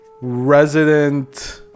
resident